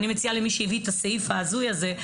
אני מציעה למי שהביא את הסעיף ההזוי הזה,